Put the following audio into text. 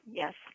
yes